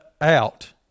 out